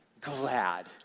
glad